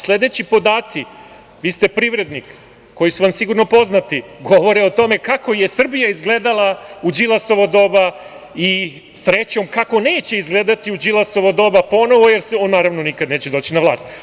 Sledeći podaci, vi ste privrednik, koji su vam sigurno poznati govore o tome kako je Srbija izgledala u Đilasovo doba i srećom kako neće izgledati u Đilasovo doba ponovo, jer on ponovo nikada neće doći na vlast.